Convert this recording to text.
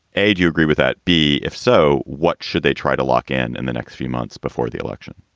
ed, you agree with that? b, if so, what should they try to lock in in the next few months before the election?